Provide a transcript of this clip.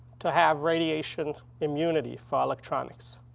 to have radiation immunity for electronics.